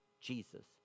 Jesus